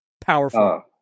powerful